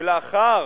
שלאחר